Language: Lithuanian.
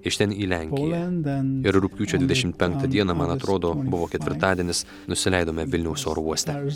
iš ten į lenkiją ir rugpjūčio dvidešimt penktą dieną man atrodo buvo ketvirtadienis nusileidome vilniaus oro uoste